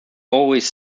always